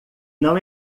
não